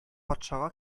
патшага